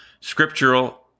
scriptural